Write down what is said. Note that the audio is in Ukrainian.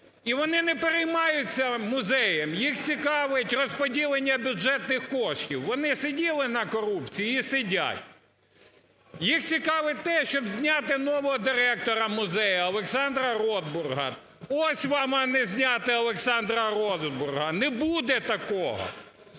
і вони не переймаються музеєм, їх цікавить розподілення бюджетних коштів, вони сиділи на корупції і сидять. Їх цікавить те, щоб зняти нового директора музею Олександра Ройтбурга. Ось вам, а не зняти Олександра Ройтбурга! Не буде такого!